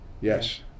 Yes